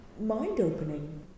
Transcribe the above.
mind-opening